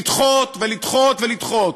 לדחות ולדחות ולדחות,